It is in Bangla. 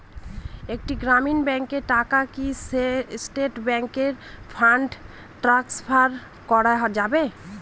একটি গ্রামীণ ব্যাংকের টাকা কি স্টেট ব্যাংকে ফান্ড ট্রান্সফার করা যাবে?